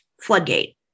floodgate